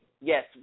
Yes